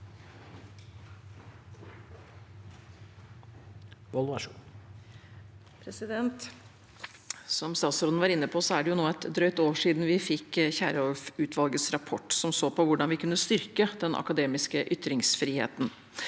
Som statsråden var inne på, er det nå et drøyt år siden vi fikk Kierulf-utvalgets rapport, som så på hvordan vi kunne styrke den akademiske ytringsfriheten.